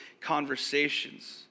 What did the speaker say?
conversations